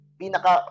pinaka